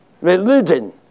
religion